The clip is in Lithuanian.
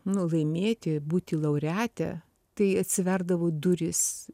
laimėti būti laureate tai atsiverdavo durys